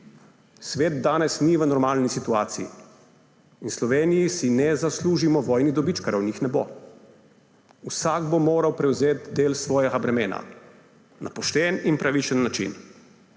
Svet danes ni v normalni situaciji in v Sloveniji si ne zaslužimo vojnih dobičkarjev in jih ne bo. Vsak bo moral prevzeti del svojega bremena na pošten in pravičen način.